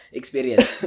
experience